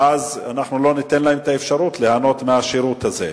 ואז אנחנו לא ניתן להן אפשרות ליהנות מהשירות הזה.